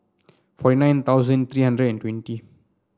forty nine thousand three hundred and twenty